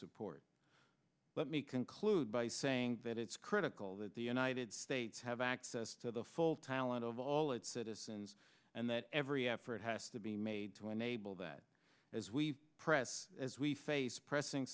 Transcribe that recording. support let me conclude by saying that it's critical that the united states have access to the full trial of all its citizens and that every effort has to be made to enable that as we press as we face pressing